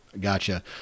Gotcha